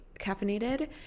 caffeinated